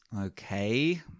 Okay